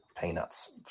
peanuts